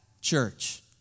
church